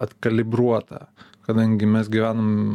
atkalibruota kadangi mes gyvenam